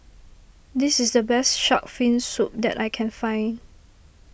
this is the best Shark's Fin Soup that I can find